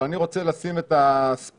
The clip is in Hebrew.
אבל אני רוצה לשים את הספוט